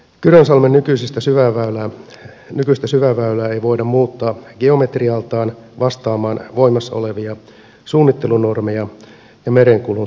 kyrönsalmen nykyistä syväväylää ei voida muuttaa geometrialtaan vastaamaan voimassa olevia suunnittelunormeja ja merenkulun turvallisuusvaatimuksia